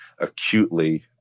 acutely